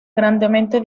grandemente